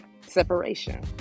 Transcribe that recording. separation